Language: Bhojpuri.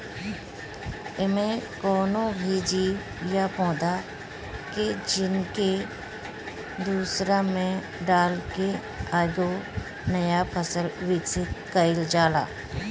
एमे कवनो भी जीव या पौधा के जीन के दूसरा में डाल के एगो नया फसल विकसित कईल जाला